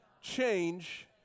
change